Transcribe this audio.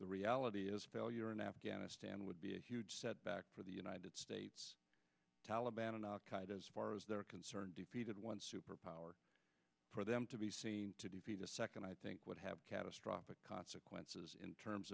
the reality is failure in afghanistan would be a huge setback for the united states taliban and al qaeda as far as they're concerned defeated one superpower for them to be seen to defeat a second i think would have catastrophic consequences in terms